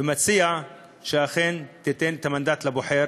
ומציע שאכן ניתן את המנדט לבוחר